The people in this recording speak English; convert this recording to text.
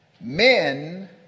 Men